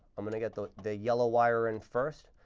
i'm going to get the the yellow wire in first.